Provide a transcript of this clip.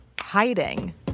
hiding